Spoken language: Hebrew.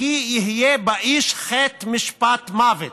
"וכי יהיה באיש חטא משפט מוֶת",